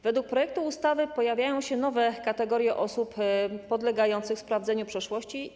W projekcie ustawy pojawiają się nowe kategorie osób podlegających sprawdzeniu przeszłości.